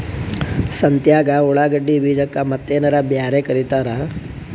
ಸಂತ್ಯಾಗ ಉಳ್ಳಾಗಡ್ಡಿ ಬೀಜಕ್ಕ ಮತ್ತೇನರ ಬ್ಯಾರೆ ಕರಿತಾರ?